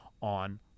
on